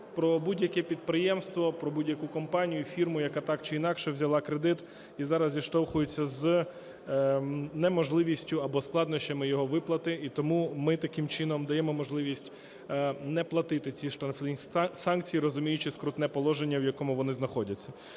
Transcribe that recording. про будь-які підприємства, про будь-яку компанію і фірму, яка так чи інакше взяла кредит і зараз зіштовхується з неможливістю або складнощами його виплати, і тому ми таким чином даємо можливість не платити ці штрафні санкції, розуміючи скрутне положення, в якому вони знаходяться.